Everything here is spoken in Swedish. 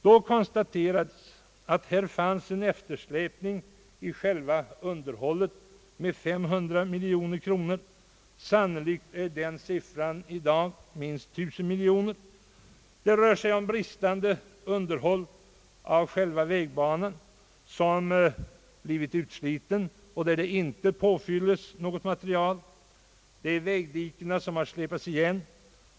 Då konstaterades en eftersläpning i själva underhållet med 500 miljoner kronor. I dag är siffran sannolikt minst 1 000 miljoner. Det är själva vägbanan som blivit utsliten på grund av att nytt material inte påfyllts. Vägdiken har släpats igen.